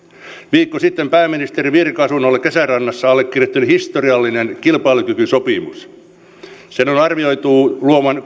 viikko sitten pääministerin virka asunnolla kesärannassa allekirjoitettiin historiallinen kilpailukykysopimus sen on arvioitu luovan